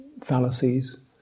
fallacies